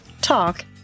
talk